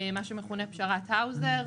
מה שמכונה "פשרת האוזר".